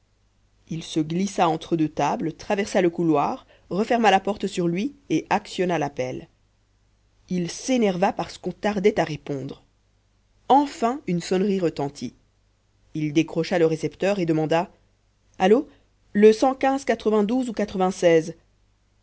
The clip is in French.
il se glissa entre deux tables traversa le couloir referma la porte sur lui et actionna l'appel il s'énerva parce qu'on tardait à répondre enfin une sonnerie retentit il décrocha le récepteur et demanda allô le ou